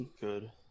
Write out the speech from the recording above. Good